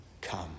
come